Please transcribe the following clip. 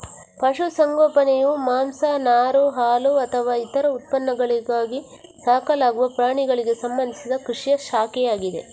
ಪಶು ಸಂಗೋಪನೆಯು ಮಾಂಸ, ನಾರು, ಹಾಲುಅಥವಾ ಇತರ ಉತ್ಪನ್ನಗಳಿಗಾಗಿ ಸಾಕಲಾಗುವ ಪ್ರಾಣಿಗಳಿಗೆ ಸಂಬಂಧಿಸಿದ ಕೃಷಿಯ ಶಾಖೆಯಾಗಿದೆ